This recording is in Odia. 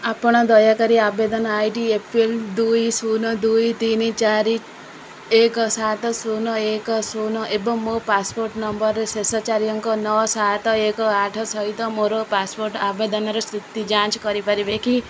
ଆପଣ ଦୟାକରି ଆବେଦନ I D A P L ଦୁଇ ଶୂନ ଦୁଇ ତିନି ଚାରି ଏକ ସାତ ଶୂନ ଏକ ଶୂନ ଏବଂ ମୋ ପାସପୋର୍ଟ ନମ୍ବରରେ ଶେଷ ଚାରି ଅଙ୍କ ନଅ ସାତ ଏକ ଆଠ ସହିତ ମୋର ପାସପୋର୍ଟ ଆବେଦନର ସ୍ଥିତି ଯାଞ୍ଚ କରିପାରିବେ କି